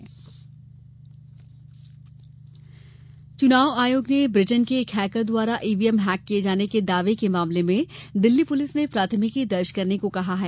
EVM hack चुनाव आयोग ने ब्रिटेन के एक हैकर द्वारा ईवीएम हैक किये जाने के दावे के मामले में दिल्ली पुलिस ने प्राथमिकी दर्ज करने को कहा है